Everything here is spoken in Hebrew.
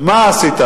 מה עשית,